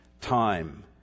time